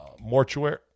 mortuary